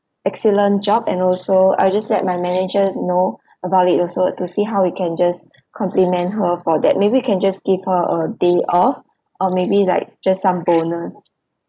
excellent job and also I'll just let my manager know about it also to see how we can just compliment her for that maybe we can just give her a day off or maybe like just some bonus